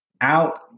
Out